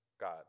God